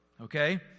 Okay